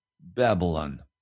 Babylon